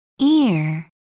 Ear